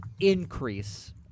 increase